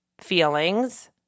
Feelings